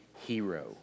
hero